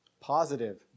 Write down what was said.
positive